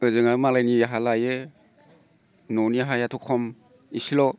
ओजोंहाय मालायनि हा लायो न'नि हायाथ' खम इसेल'